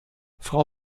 frau